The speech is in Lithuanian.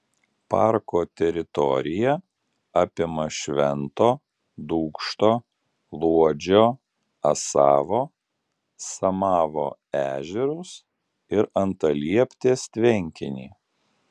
parko teritorija apima švento dūkšto luodžio asavo samavo ežerus ir antalieptės tvenkinį